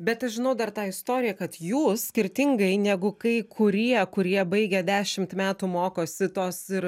bet aš žinau dar tą istoriją kad jūs skirtingai negu kai kurie kurie baigė dešimt metų mokosi tos ir